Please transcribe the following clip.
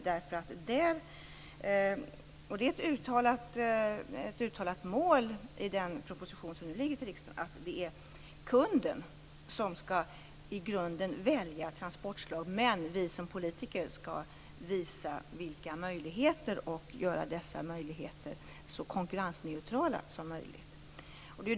Det är ett uttalat mål i den proposition som ligger på riksdagens bord att det i grunden är kunden som skall välja transportslag, men vi som politiker skall visa vilka möjligheter som finns och göra dessa möjligheter så konkurrensneutrala som möjligt.